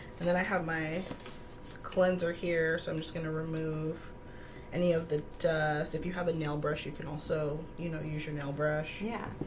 and then i have my cleanser here. so i'm just gonna remove any of the dust if you have a nail brush you can also you know use your nail brush. yeah,